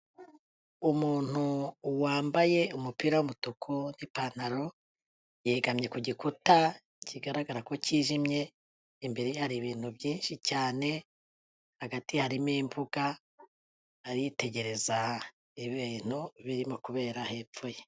Umuntu wambaye umupira w'umutuku n'ipantaro, yegamye ku gikuta kigaragara ko cyijimye, imbere hari ibintu byinshi cyane, hagati harimo imbuga, aritegereza ibintu birimo kubera hepfo ye.